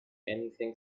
anything